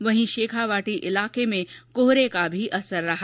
वहीं शेखावादी इलाके में कोहरे का असर रहा